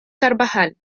carvajal